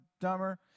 Dumber